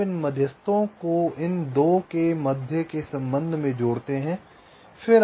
आप इन मध्यस्थों को इन 2 के मध्य के संबंध में जोड़ते हैं